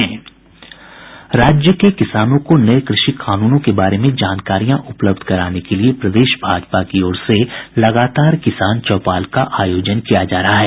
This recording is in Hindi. राज्य के किसानों को नये कृषि कानूनों के बारे में जानकारियां उपलब्ध कराने के लिए प्रदेश भाजपा की ओर से लगातार किसान चौपाल का आयोजन किया जा रहा है